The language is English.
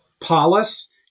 polis